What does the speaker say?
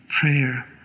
prayer